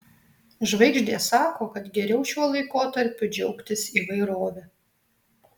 žvaigždės sako kad geriau šiuo laikotarpiu džiaugtis įvairove